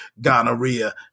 gonorrhea